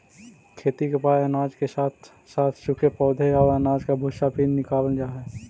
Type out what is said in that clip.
खेती के बाद अनाज के साथ साथ सूखे पौधे और अनाज का भूसा भी निकावल जा हई